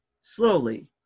slowly